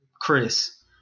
Chris